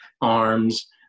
arms